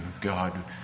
God